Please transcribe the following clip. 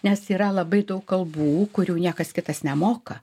nes yra labai daug kalbų kurių niekas kitas nemoka